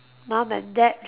mum and dad